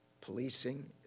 Policing